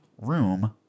room